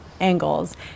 angles